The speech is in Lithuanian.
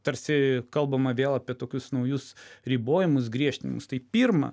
tarsi kalbama vėl apie tokius naujus ribojimus griežtinimus tai pirma